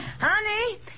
honey